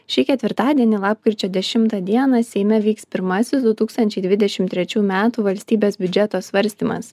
šį ketvirtadienį lapkričio dešimtą dieną seime vyks pirmasis du tūkstančiai dvidešim trečių metų valstybės biudžeto svarstymas